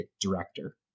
director